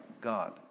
God